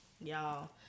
Y'all